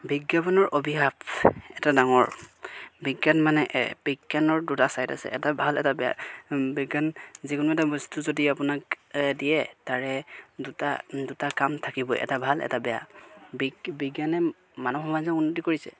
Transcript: বিজ্ঞাপনৰ অভিশাপ এটা ডাঙৰ বিজ্ঞান মানে বিজ্ঞানৰ দুটা ছাইড আছে এটা ভাল এটা বেয়া বিজ্ঞান যিকোনো এটা বস্তু যদি আপোনাক দিয়ে তাৰে দুটা দুটা কাম থাকিব এটা ভাল এটা বেয়া বি বিজ্ঞানে মানুহ সমাজে উন্নতি কৰিছে